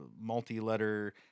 multi-letter